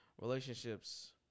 relationships